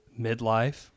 midlife